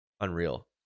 Unreal